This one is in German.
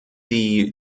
die